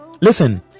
listen